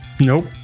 Nope